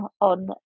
on